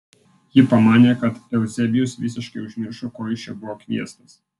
ji pamanė kad euzebijus visiškai užmiršo ko jis čia buvo kviestas